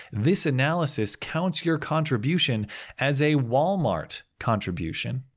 this analysis counts your contribution as a walmart contribution.